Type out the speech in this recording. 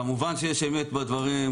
כמובן שיש אמת בדברים,